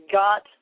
got